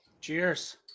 Cheers